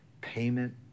payment